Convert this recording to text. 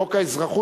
חוק האזרחות,